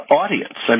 audience